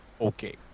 Okay